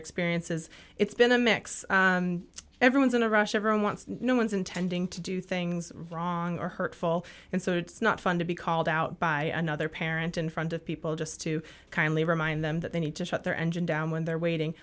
experiences it's been a mix everyone's in a rush everyone wants no one's intending to do things wrong or hurtful and so it's not fun to be called out by another parent in front of people just to kindly remind them that they need to shut their engine down when they're waiting